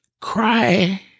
cry